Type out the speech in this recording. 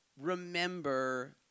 remember